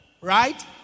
right